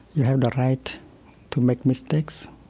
you have the right to make mistakes,